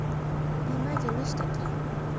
বীমা জিনিস টা কি?